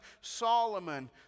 Solomon